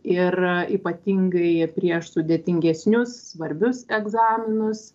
ir ypatingai prieš sudėtingesnius svarbius egzaminus